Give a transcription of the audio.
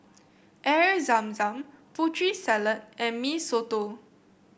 Air Zam Zam Putri Salad and Mee Soto